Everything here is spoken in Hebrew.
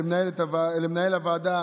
ולמנהל הוועדה